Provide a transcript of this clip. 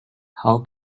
how